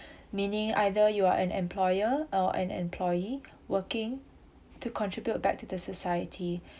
meaning either you are an employer or an employee working to contribute back to the society